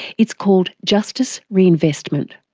it's called justice reinvestment.